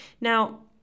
Now